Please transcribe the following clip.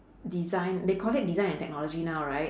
design they call it design and technology now right